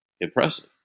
impressive